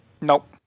Nope